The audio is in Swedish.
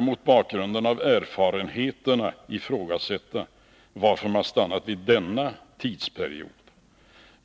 Mot bakgrund av erfarenheterna kan ifrågasättas varför man stannat vid denna tidsperiod.